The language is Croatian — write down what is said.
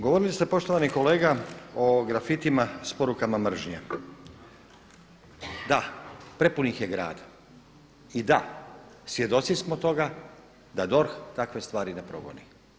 Govorili ste poštovani kolega o grafitima sa porukama mržnje, da, prepun ih je grad i da svjedoci smo toga da DORH takve stvari ne progoni.